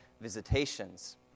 visitations